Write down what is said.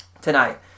tonight